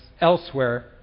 elsewhere